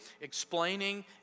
explaining